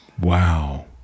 wow